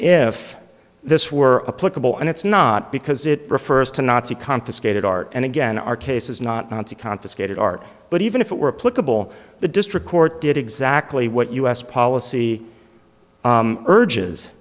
if this were a political and it's not because it refers to nazi confiscated art and again our case is not nazi confiscated art but even if it were political the district court did exactly what u s policy urges